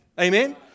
Amen